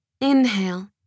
inhale